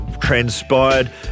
transpired